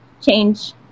change